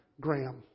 Graham